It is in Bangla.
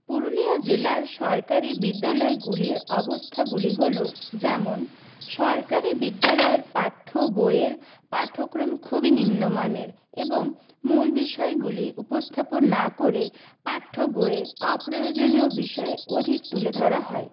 পুরুলিয়া জেলার সরকারি বিদ্যালয়গুলির অবস্থাগুলি হল যেমন সরকারি বিদ্যালয়ের পাঠ্য বইয়ের পাঠ্যক্রম খুবই নিম্নমানের এবং মূল বিষয়গুলি উপস্থাপন না করে পাঠ্য বইয়ে অপ্রয়োজনীয় বিষয় অধিক তুলে ধরা হয়